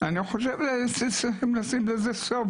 אני חושב שצריכים לשים לזה סוף.